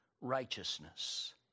righteousness